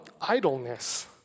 idleness